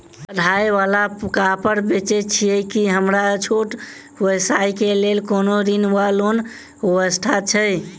कढ़ाई वला कापड़ बेचै छीयै की हमरा छोट व्यवसाय केँ लेल कोनो ऋण वा लोन व्यवस्था छै?